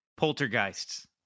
poltergeists